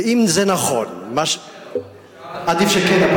ואם זה נכון, עדיף שכן.